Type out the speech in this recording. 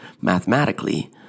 mathematically